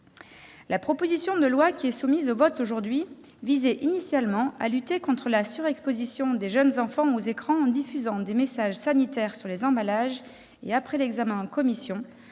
La proposition de loi qui est soumise au vote du Sénat visait initialement à lutter contre la surexposition des jeunes enfants aux écrans en diffusant des messages sanitaires sur les emballages. Après l'examen en commission,